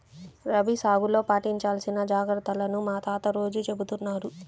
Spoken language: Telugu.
రబీ సాగులో పాటించాల్సిన జాగర్తలను మా తాత రోజూ చెబుతున్నారు